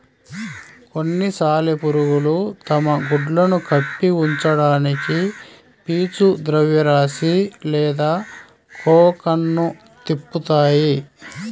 కొన్ని సాలెపురుగులు తమ గుడ్లను కప్పి ఉంచడానికి పీచు ద్రవ్యరాశి లేదా కోకన్ను తిప్పుతాయి